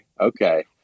okay